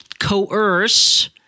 coerce